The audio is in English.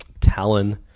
Talon